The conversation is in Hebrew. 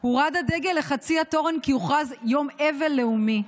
הורד הדגל לחצי התורן, כי הוכרז יום אבל לאומי.